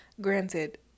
Granted